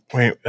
Wait